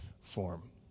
form